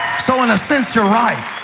so in a sense you're right.